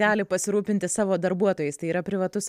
gali pasirūpinti savo darbuotojais tai yra privatus